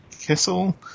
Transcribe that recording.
Kessel